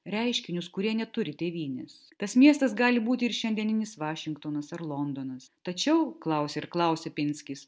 reiškinius kurie neturi tėvynės tas miestas gali būti ir šiandieninis vašingtonas ar londonas tačiau klausia ir klausia pinskis